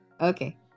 Okay